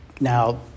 Now